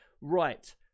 Right